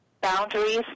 boundaries